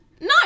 No